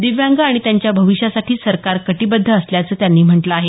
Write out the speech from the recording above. दिव्यांग आणि त्यांच्या भविष्यासाठी सरकार कटिबद्ध असल्याचं म्हटलं आहे